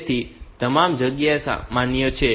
તેથી તમામ જગ્યાઓ માન્ય છે